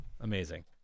Amazing